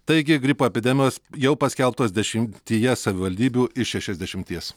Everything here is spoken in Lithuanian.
taigi gripo epidemijos jau paskelbtos dešimtyje savivaldybių iš šešiasdešimties